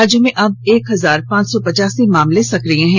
राज्य में अब एक हजार पांच सौ पचासी मामले सक्रिय हैं